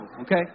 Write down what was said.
Okay